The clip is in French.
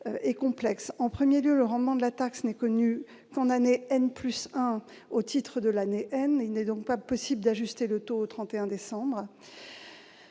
est complexe. En premier lieu, le rendement de la taxe n'est connu qu'en année n+1, au titre de l'année n. Il n'est donc pas possible d'ajuster le taux au 31 décembre.